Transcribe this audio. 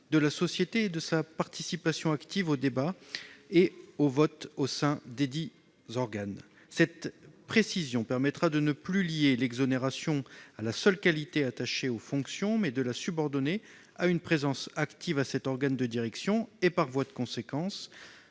de la société et de sa participation active aux débats et aux votes au sein desdits organes. Cette précision permettra de ne plus lier l'exonération à la seule qualité attachée aux fonctions, mais de la subordonner à une présence active à cet organe de direction, et, par voie de conséquence,